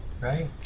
right